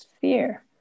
fear